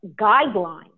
guidelines